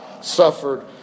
suffered